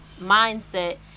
mindset